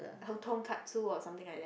Katsu or something like thar